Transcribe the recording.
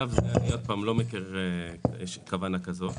בשלב זה אני לא מכיר כוונה כזאת.